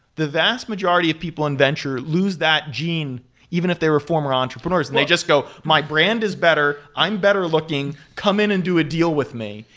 the vast majority of people in venture lose that jean even if they were former entrepreneurs and they just go, my brand is better. i'm better looking. come in and do a deal with me,